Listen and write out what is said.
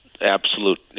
absolute